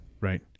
Right